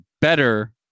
better